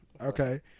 Okay